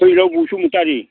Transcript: फैलाव बसुमतारि